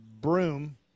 broom